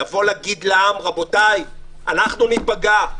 לומר לעם: רבותיי, אנחנו ניפגע.